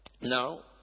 now